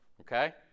Okay